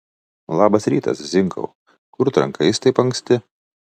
labas rytas zinkau kur trankais taip anksti